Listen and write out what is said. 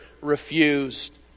refused